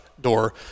door